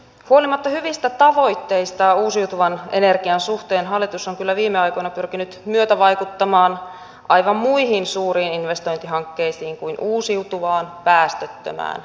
huolimatta hyvistä tavoitteistaan uusiutuvan energian suhteen hallitus on kyllä viime aikoina pyrkinyt myötävaikuttamaan aivan muihin suuriin investointihankkeisiin kuin uusiutuvaan päästöttömään energiaan